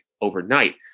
overnight